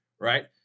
right